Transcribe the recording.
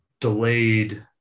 delayed